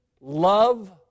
love